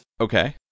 Okay